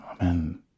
Amen